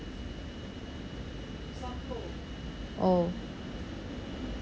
orh